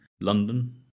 London